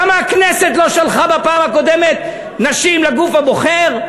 למה הכנסת לא שלחה בפעם הקודמת נשים לגוף הבוחר?